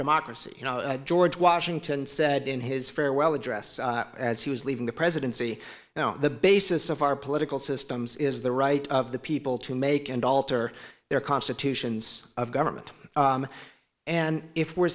democracy george washington said in his farewell address as he was leaving the presidency now the basis of our political systems is the right of the people to make and alter their constitutions of government and if we're